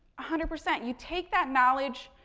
hundred percent, you take that knowledge,